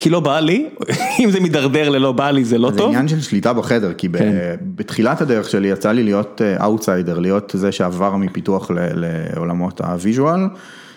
כי לא בא לי, אם זה מידרדר ללא בא לי זה לא טוב. זה עניין של שליטה בחדר, כי בתחילת הדרך שלי יצא לי להיות אוטסיידר, להיות זה שעבר מפיתוח לעולמות הוויזואל.